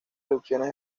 erupciones